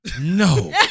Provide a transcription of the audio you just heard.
No